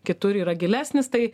kitur yra gilesnis tai